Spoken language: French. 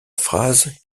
phrases